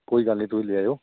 ਕੋਈ ਗੱਲ ਨਹੀਂ ਤੁਸੀਂ ਲਿਆਇਓ